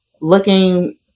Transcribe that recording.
Looking